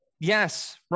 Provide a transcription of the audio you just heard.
Yes